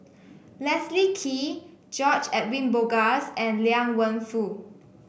Leslie Kee George Edwin Bogaars and Liang Wenfu